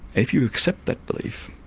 if you accept that belief,